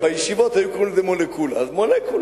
בישיבות היו קוראים לזה מולקולה, אז מולקולה.